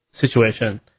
situation